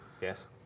Yes